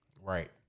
Right